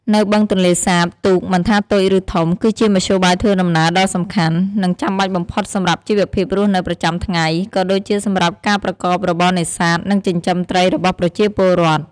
នៅបឹងទន្លេសាប ទូក មិនថាតូចឬធំ គឺជាមធ្យោបាយធ្វើដំណើរដ៏សំខាន់ និងចាំបាច់បំផុតសម្រាប់ជីវភាពរស់នៅប្រចាំថ្ងៃ ក៏ដូចជាសម្រាប់ការប្រកបរបរនេសាទ និងចិញ្ចឹមត្រីរបស់ប្រជាពលរដ្ឋ។